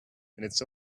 its